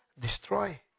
destroy